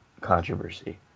controversy